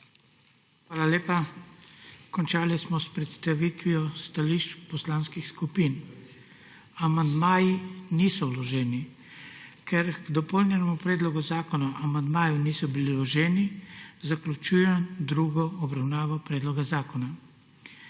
Hvala lepa. Končali smo s predstavitvijo stališč poslanskih skupin. Amandmaji niso vloženi. Ker k dopolnjenemu predlogu zakona amandmaji niso bili vloženi, zaključujem drugo obravnavo predloga zakona.